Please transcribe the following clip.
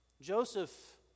Joseph